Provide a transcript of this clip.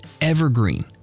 evergreen